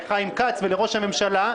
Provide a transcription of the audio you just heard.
חיים כץ או ראש הממשלה,